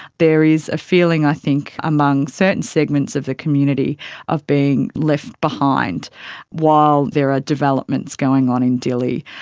there is a feeling i think among certain segments of the community of being left behind while there are developments going on in dili.